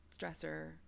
stressor